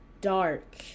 dark